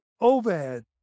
overhead